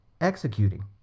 executing